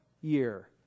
year